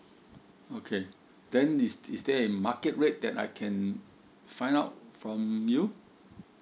okay then is is there any market rate that I can find out from you